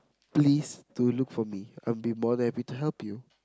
please do look for me I'll be more than happy to help you